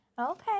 Okay